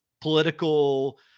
political